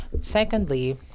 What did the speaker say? Secondly